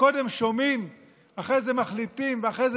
קודם שומעים ואחרי זה מחליטים ואחרי זה